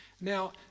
Now